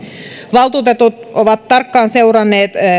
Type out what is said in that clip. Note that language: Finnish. valtuutetut ovat tarkkaan seuranneet